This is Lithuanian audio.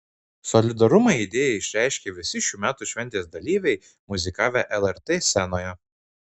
solidarumą idėjai išreiškė visi šių metų šventės dalyviai muzikavę lrt scenoje